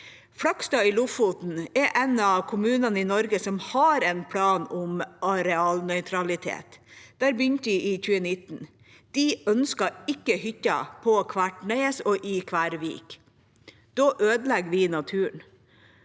Flakstad i Lofoten er en av kommunene i Norge som har en plan om arealnøytralitet. Der begynte de i 2019. «Men vi ønsker ikke hytter på hvert et nes og ved hver vik. Da ødelegger vi jo naturen.